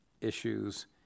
issues